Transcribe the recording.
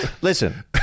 Listen